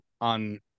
on